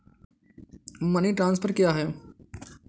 Money transfer क्या है?